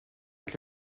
avec